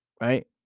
right